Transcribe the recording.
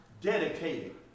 dedicated